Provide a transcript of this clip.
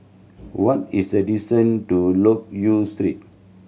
what is the distance to Loke Yew Street